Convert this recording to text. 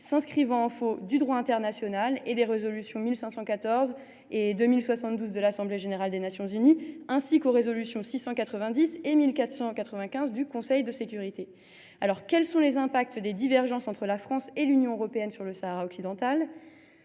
contradiction avec le droit international et les résolutions 1514 et 2072 de l’Assemblée générale des Nations unies, ainsi qu’avec les résolutions 690 et 1495 du Conseil de sécurité. Alors, quels sont les impacts des divergences entre la France et l’Union européenne sur le Sahara occidental ?